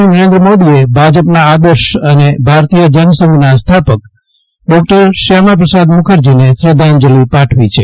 પ્રધાનમંત્રી નરેન્દ્ર મોદીએ ભાજપના આદર્શ અને ભારતીય જનસંઘના સ્થાપક ડોકટર શ્યામાપ્રસાદ મુખર્જીને શ્રદ્ધાંજલિ પાઠવી છે